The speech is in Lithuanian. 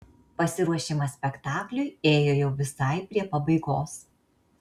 pasiruošimas spektakliui ėjo jau visai prie pabaigos